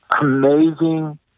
amazing